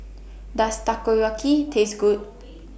Does Takoyaki Taste Good